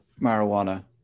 marijuana